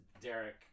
Derek